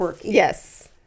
Yes